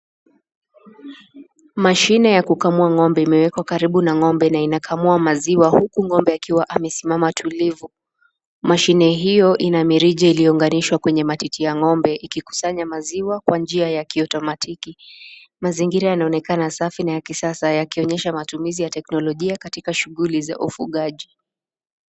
Mashine ya kukamua ngombe imewekwa karibu na ngombe na inakamua maziwa huku ngombe akiwa amesimama tulivu. Mashine hiyo ina mirija iliyounganishwa kwenye matiti ya ngombe ikikusanya maziwa kwa njia ya kiutematiki. Mazingira yanaonekana safi na ya kisasa yakionyesha matumizi ya teknologia katika shughuli za ufugaji